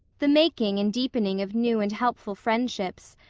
the making and deepening of new and helpful friendships,